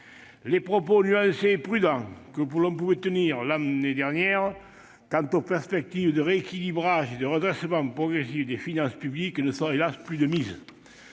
Les propos nuancés et prudents que l'on pouvait tenir l'année dernière quant aux perspectives de rééquilibrage et de redressement progressif des finances publiques ne sont hélas ! plus de mise.